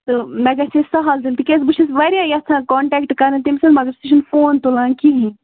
تہٕ مےٚ گژھہِ ہا سہل تیٚلہِ تِکیازِ بہٕ چھِس واریاہ یژھان کنٹیکٹ کرُن تٔمس سۭتی مگر سُہ چھِنہٕ فون تُلان کِہیٖنۍ